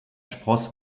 spross